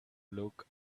look